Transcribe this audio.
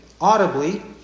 audibly